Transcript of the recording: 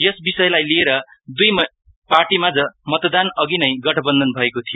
यस विषयलाई लिएर दुई पार्टीमाझ मतदान अघि नै गठबन्धन भएको थियो